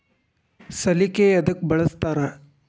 ಸಲಿಕೆ ಯದಕ್ ಬಳಸ್ತಾರ?